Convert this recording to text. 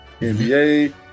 NBA